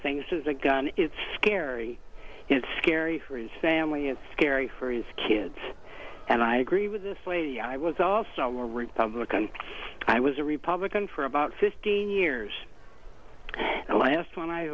a gun it's scary it's scary for his family it's scary for his kids and i agree with this lady i was also a republican i was a republican for about fifteen years the last one i